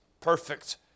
perfect